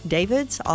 David's